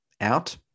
out